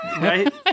Right